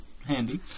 Handy